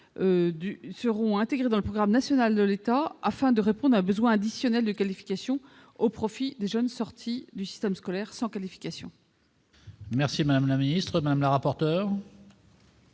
seront comprises dans le programme national de l'État afin de répondre à un besoin additionnel de qualification au profit des jeunes sortis du système scolaire sans qualification. Quel est l'avis de la commission ?